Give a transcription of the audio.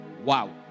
wow